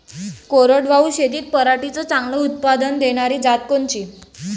कोरडवाहू शेतीत पराटीचं चांगलं उत्पादन देनारी जात कोनची?